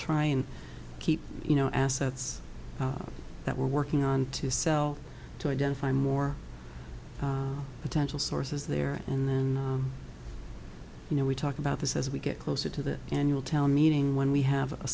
try and keep you know assets that we're working on to sell to identify more potential sources there and you know we talk about this as we get closer to the annual town meeting when we have a